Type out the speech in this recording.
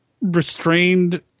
restrained